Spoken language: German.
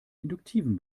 induktiven